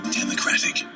democratic